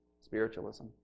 spiritualism